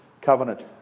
covenant